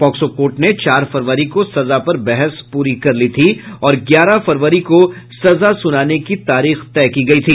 POCSO court ने चार फरवरी को सजा पर बहस पूरी कर ली थी और ग्यारह फरवरी को सजा सुनाने की तारीख तय की थी